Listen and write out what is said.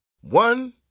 One